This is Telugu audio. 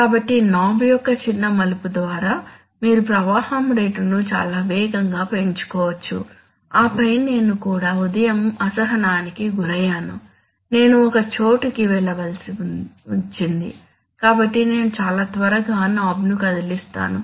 కాబట్టి నాబ్ యొక్క చిన్న మలుపు ద్వారా మీరు ప్రవాహం రేటును చాలా వేగంగా పెంచుకోవచ్చు ఆపై నేను కూడా ఉదయం అసహనానికి గురయ్యాను నేను ఒక చోటుకి వెళ్ళవలసి వచ్చింది కాబట్టి నేను చాలా త్వరగా నాబ్ను కదిలిస్తున్నాను